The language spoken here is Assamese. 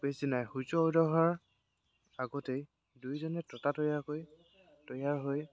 পিছদিনাই সূৰ্য উদয় হোৱাৰ আগতেই দুয়োজনে ততাতৈয়াকৈ তৈয়াৰ হৈ